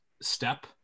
step